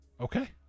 Okay